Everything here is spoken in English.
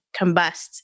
combusts